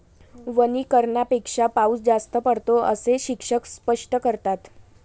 वनीकरणापेक्षा पाऊस जास्त पडतो, असे शिक्षक स्पष्ट करतात